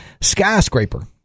Skyscraper